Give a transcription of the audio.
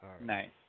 Nice